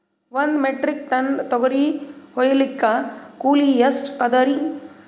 ಒಂದ್ metric tonne ತೊಗರಿ ಹೋಯಿಲಿಕ್ಕ ಕೂಲಿ ಎಷ್ಟ ಅದರೀ?